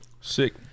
sick